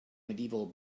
medieval